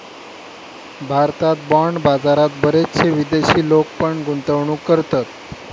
भारतात बाँड बाजारात बरेचशे विदेशी लोक पण गुंतवणूक करतत